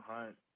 Hunt